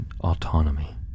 autonomy